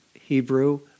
Hebrew